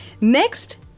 Next